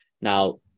Now